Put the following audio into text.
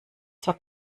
zwar